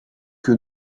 que